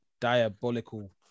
diabolical